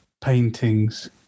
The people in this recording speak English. paintings